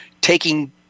taking